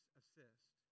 assist